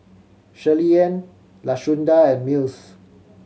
Shirleyann Lashunda and Mills